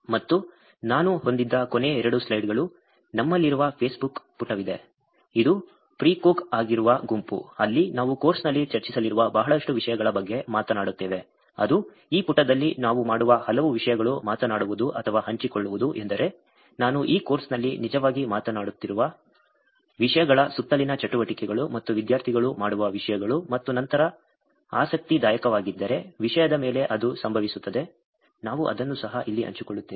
ಮತ್ತು ನಾನು ಹೊಂದಿದ್ದ ಕೊನೆಯ ಎರಡು ಸ್ಲೈಡ್ಗಳು ನಮ್ಮಲ್ಲಿರುವ ಫೇಸ್ಬುಕ್ ಪುಟವಿದೆ ಇದು ಪ್ರಿಕೋಗ್ ಆಗಿರುವ ಗುಂಪು ಅಲ್ಲಿ ನಾವು ಕೋರ್ಸ್ನಲ್ಲಿ ಚರ್ಚಿಸಲಿರುವ ಬಹಳಷ್ಟು ವಿಷಯಗಳ ಬಗ್ಗೆ ಮಾತನಾಡುತ್ತೇವೆ ಅದು ಈ ಪುಟದಲ್ಲಿ ನಾವು ಮಾಡುವ ಹಲವು ವಿಷಯಗಳು ಮಾತನಾಡುವುದು ಅಥವಾ ಹಂಚಿಕೊಳ್ಳುವುದು ಎಂದರೆ ನಾನು ಈ ಕೋರ್ಸ್ನಲ್ಲಿ ನಿಜವಾಗಿ ಮಾತನಾಡುತ್ತಿರುವ ವಿಷಯಗಳ ಸುತ್ತಲಿನ ಚಟುವಟಿಕೆಗಳು ಮತ್ತು ವಿದ್ಯಾರ್ಥಿಗಳು ಮಾಡುವ ವಿಷಯಗಳು ಮತ್ತು ನಂತರ ಆಸಕ್ತಿದಾಯಕವಾಗಿದ್ದರೆ ವಿಷಯದ ಮೇಲೆ ಅದು ಸಂಭವಿಸುತ್ತದೆ ನಾವು ಅದನ್ನು ಸಹ ಇಲ್ಲಿ ಹಂಚಿಕೊಳ್ಳುತ್ತೇವೆ